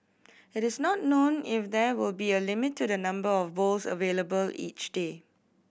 it is not known if there will be a limit to the number of bowls available each day